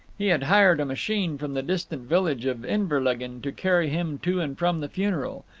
he had hired a machine from the distant village of inverlegan to carry him to and from the funeral.